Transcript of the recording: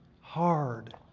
hard